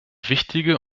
wichtige